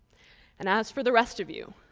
and as for the rest of you,